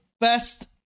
best